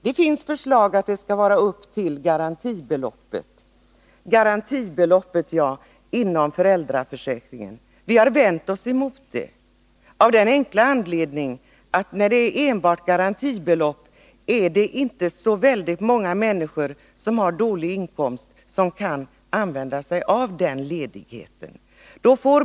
Det finns förslag om att ersättningen skall uppgå till garantibeloppet inom föräldraförsäkringen. Vi har vänt oss mot garantinivån inom föräldraförsäkringen, av den enkla anledningen att det är många människor med dålig inkomst som inte kan använda sig av denna ledighet vid vård av barn.